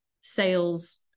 sales